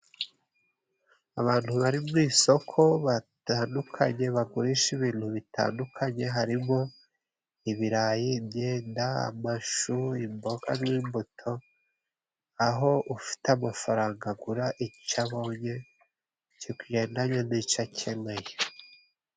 Abantu bari mu isoko batandukanye , bagurisha ibintu bitandukanye, harimo: ibirayi, imyenda, amashu, imboga n'imbuto, aho ufite amafaranga agura icyo abonye kigendanye n'icyo akeneye.